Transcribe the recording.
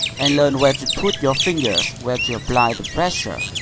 and learn where to put your fingers, where to apply the pressure.